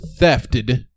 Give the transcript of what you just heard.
thefted